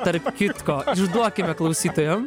tarp kitko išduokime klausytojam